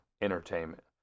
entertainment